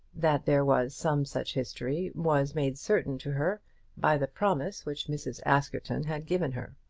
that there was some such history was made certain to her by the promise which mrs. askerton had given her.